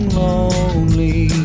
lonely